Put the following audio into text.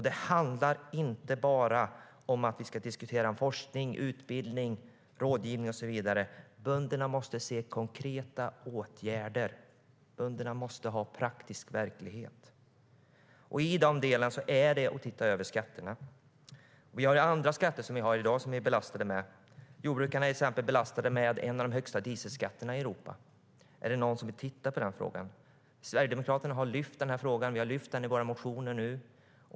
Det handlar inte bara om att vi ska diskutera forskning, utbildning, rådgivning och så vidare. Bönderna måste se konkreta åtgärder. Bönderna måste ha praktisk veklighet.I den delen gäller det att titta över skatterna. Vi har andra skatter i dag som vi är belastade med. Jordbrukarna är till exempel belastade med en av de högsta dieselskatterna i Europa. Är det någon som vill titta på den frågan? Sverigedemokraterna har lyft fram den frågan i våra motioner.